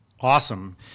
Awesome